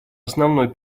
основной